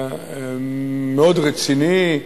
מאוד רציני,